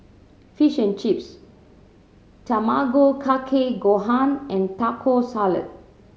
Fish and Chips Tamago Kake Gohan and Taco Salad